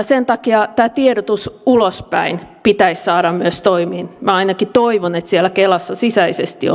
sen takia tämä tiedotus ulospäin pitäisi saada myös toimimaan minä ainakin toivon että siellä kelassa sisäisesti